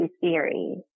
theory